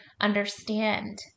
understand